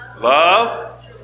Love